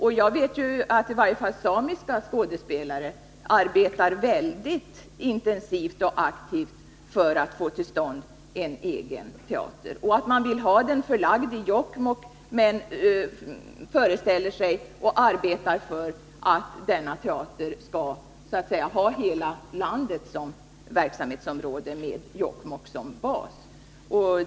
I varje fall arbetar samiska skådespelare mycket intensivt och aktivt för att få till stånd en egen teater. Man vill ha den förlagd till Jokkmokk, men arbetar för att teatern skall få hela landet som verksamhetsområde. Jokkmokk skall alltså vara bas.